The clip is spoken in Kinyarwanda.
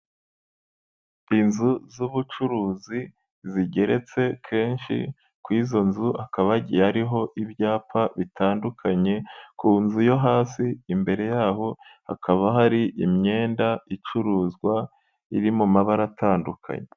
Inzu z'ubucuruzi zigeretse kenshi ku izo nzu hakaba hagiye hariho ibyapa bitandukanye, ku nzu yo hasi imbere yaho hakaba hari imyenda icuruzwa iri mu mabara atandukanye.